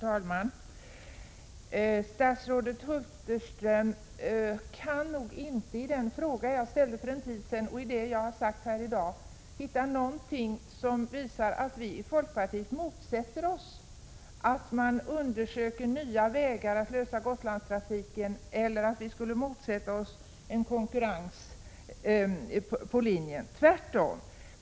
Herr talman! Statsrådet Hulterström kan nog inte i den fråga jag ställde för en tid sedan och i vad jag har sagt här i dag hitta någonting som visar att vi i folkpartiet motsätter oss att man undersöker nya vägar att lösa Gotlandstrafikens problem, eller att vi skulle motsätta oss en konkurrens på linjen — tvärtom!